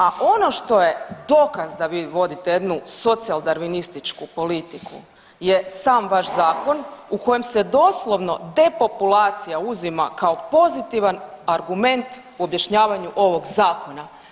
A ono što je dokaz da vi vodite jednu socijaldarvinističku politiku je sam vaš zakon u kojem se doslovno depopulacija uzima kao pozitivan argument u objašnjavanju ovog zakona.